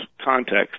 context